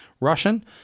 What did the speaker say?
Russian